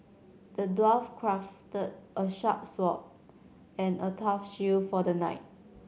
the dwarf crafted a sharp sword and a tough shield for the knight